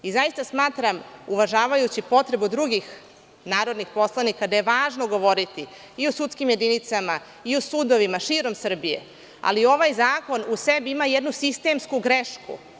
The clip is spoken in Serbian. I zaista smatram, uvažavajući potrebu drugih narodnih poslanika, da je važno govoriti i o sudskim jedinicama i o sudovima širom Srbije, ali i ovaj zakon u sebi ima jednu sistemsku grešku.